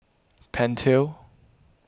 Pentel